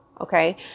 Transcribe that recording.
Okay